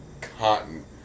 cotton